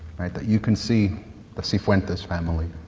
right? that you can see the sifuentez family,